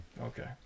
Okay